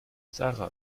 sarah